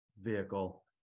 vehicle